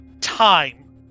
time